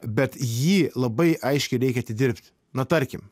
bet jį labai aiškiai reikia atidirbt na tarkim